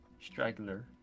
straggler